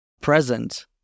present